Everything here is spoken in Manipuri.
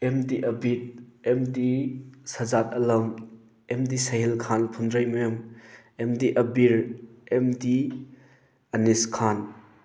M D Abid M D Sajad Alam M D Sahil Khan ꯐꯨꯟꯗ꯭ꯔꯩꯃꯌꯨꯝ M D Abir M D Anis ꯈꯥꯟ